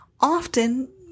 Often